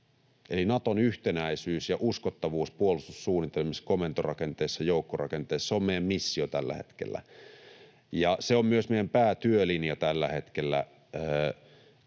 Eli Naton yhtenäisyys ja uskottavuus puolustussuunnitelmissa, komentorakenteessa, joukkorakenteessa, se on meidän missiomme tällä hetkellä. Se on myös meidän päätyölinjamme tällä hetkellä,